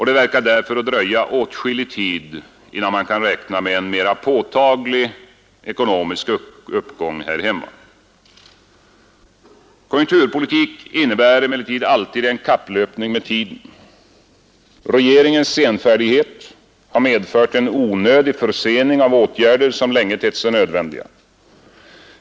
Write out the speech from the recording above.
Det verkar därför att dröja åtskillig tid till innan man kan räkna med en mera påtaglig ekonomisk uppgång här hemma. Konjunkturpolitik innebär emellertid alltid en kapplöpning med tiden. Regeringens senfärdighet har medfört en onödig försening av åtgärder som länge tett sig nödvändiga.